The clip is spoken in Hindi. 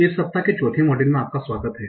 इस सप्ताह के चौथे मॉड्यूल में आपका स्वागत है